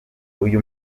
uyu